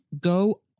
go